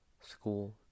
school